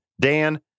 Dan